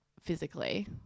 physically